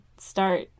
start